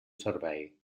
servei